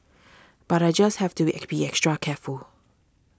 but I just have to be be extra careful